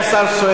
אדוני היושב-ראש,